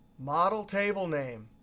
model table name,